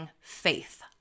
faith